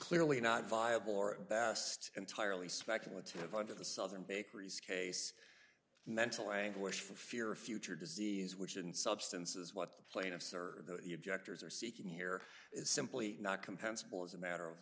clearly not viable or best entirely speculative under the southern bakeries case mental anguish for fear of future disease which in substance is what the plaintiffs or the objectors are seeking here is simply not compensable as a matter of